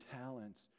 talents